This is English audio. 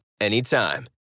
anytime